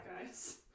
guys